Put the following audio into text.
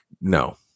no